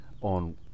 on